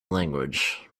language